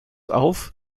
auf